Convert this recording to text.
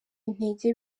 intege